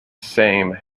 same